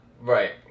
Right